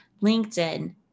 LinkedIn